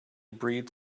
breeds